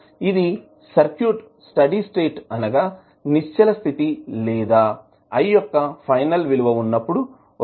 ఇది circuit steady state అనగా నిశ్చల స్థితి లేదా i యొక్క ఫైనల్ విలువ ఉన్నప్పుడు వస్తుంది